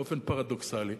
באופן פרדוקסלי,